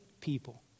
people